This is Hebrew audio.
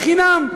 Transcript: בחינם.